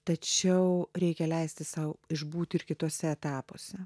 tačiau reikia leisti sau išbūt ir kituose etapuose